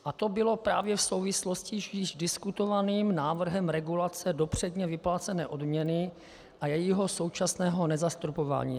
A to bylo právě v souvislosti s již diskutovaným návrhem regulace dopředně vyplácené odměny a jejího současného nezastropování.